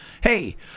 hey